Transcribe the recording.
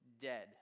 dead